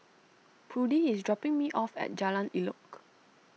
Prudie is dropping me off at Jalan Elok